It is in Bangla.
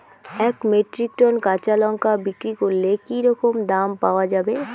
এক মেট্রিক টন কাঁচা লঙ্কা বিক্রি করলে কি রকম দাম পাওয়া যাবে?